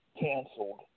canceled